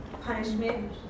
punishment